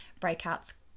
breakouts